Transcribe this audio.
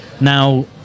Now